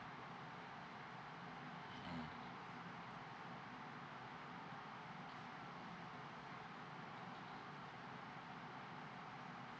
mm